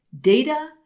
Data